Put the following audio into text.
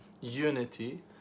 unity